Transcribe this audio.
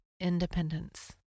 independence